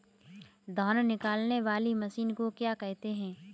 धान निकालने वाली मशीन को क्या कहते हैं?